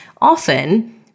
often